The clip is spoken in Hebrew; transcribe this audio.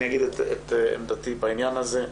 אני אגיד את עמדתי בעניין הזה.